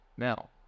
Now